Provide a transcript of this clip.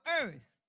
earth